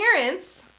parents